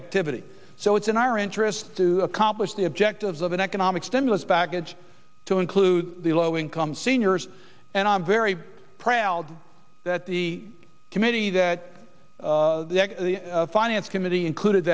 activity so it's in our interest to accomplish the objectives of an economic stimulus package to include the low income seniors and i'm very proud that the committee that the finance committee included